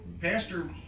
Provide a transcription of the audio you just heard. Pastor